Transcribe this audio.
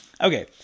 Okay